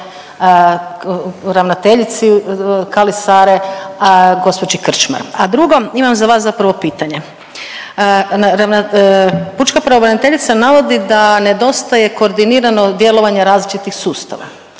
ravnateljici KALI SARE gospođi Krčmar. A drugo, imam za vas zapravo pitanje, pučka pravobraniteljica navodi da nedostaje koordinirano djelovanje različitih sustava,